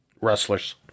Wrestlers